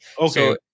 Okay